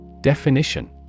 Definition